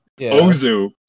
Ozu